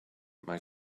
mae